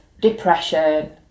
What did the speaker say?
depression